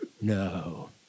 No